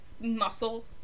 muscle